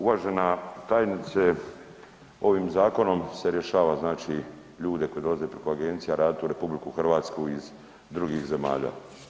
Uvažena tajnice, ovim zakonom se rješava, znači ljude koji dolaze preko agencije radit u RH iz drugih zemalja.